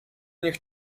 niech